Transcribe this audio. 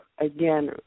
Again